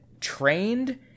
trained